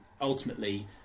ultimately